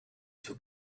two